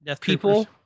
people